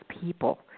people